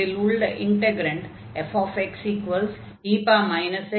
இதில் உள்ள integrand fxe xxn 1 ஆகும்